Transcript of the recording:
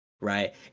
Right